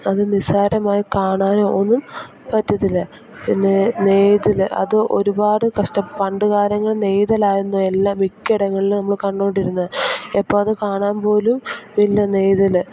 അത് നിസ്സാരമായി കാണാനോ ഒന്നും പറ്റത്തില്ല പിന്നെ നെയ്തൽ അത് ഒരുപാട് കഷ്ടം പണ്ട് കാലങ്ങളിൽ നെയ്തലായിരുന്നു എല്ലാ മിക്ക് ഇടങ്ങളിലും നമ്മൾ കണ്ടോണ്ടിരുന്നത് ഇപ്പം അത് കാണാൻ പോലും ഇല്ല നെയ്തൽ